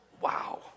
Wow